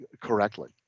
correctly